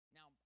Now